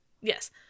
Yes